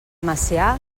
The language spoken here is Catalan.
macià